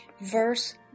verse